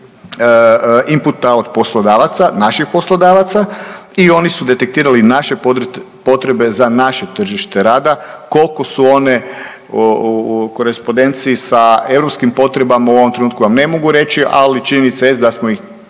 imputa od poslodavaca, naših poslodavaca i oni su detektirali naše potrebe za naše tržište rada koliko su one u korespodenciji sa europskim potrebama u ovom trenutku vam ne mogu reći. Ali činjenica jest da smo ih